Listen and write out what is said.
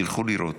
תלכו לראות.